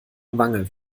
wange